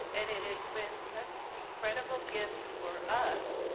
and it has been such an incredible gift for us,